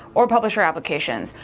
or publisher applications.